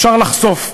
אפשר לחשוף,